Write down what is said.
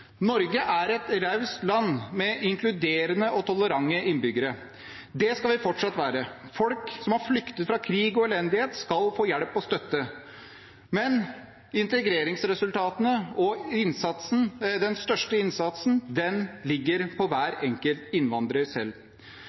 Norge er et raust land, med inkluderende og tolerante innbyggere. Det skal vi fortsatt være. Folk som har flyktet fra krig og elendighet, skal få hjelp og støtte, men integreringsresultatene og den største innsatsen ligger på hver enkelt innvandrer selv.